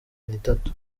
nitatu